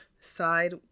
side